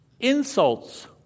Insults